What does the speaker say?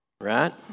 Right